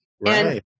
Right